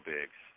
Biggs